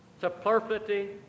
superfluity